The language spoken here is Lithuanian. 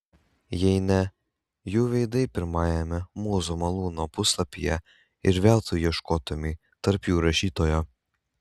jei ne jų veidai pirmajame mūzų malūno puslapyje ir veltui ieškotumei tarp jų rašytojo